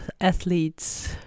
athletes